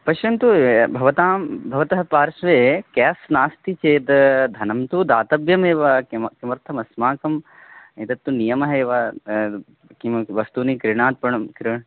पश्यन्तु यत् भवतां भवतः पार्श्वे क्याश् नास्ति चेत् धनं तु दातव्यम् एव किं किमर्थम् अस्माकं एतत्तु नियमः एव किमपि वस्तूनि क्रीणात् परं क्रीण्